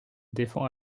défend